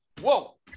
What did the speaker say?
Whoa